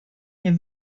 nie